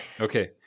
Okay